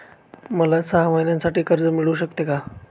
मला सहा महिन्यांसाठी कर्ज मिळू शकते का?